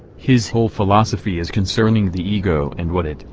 his whole philosophy is concerning the ego and what it,